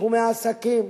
בתחומי העסקים,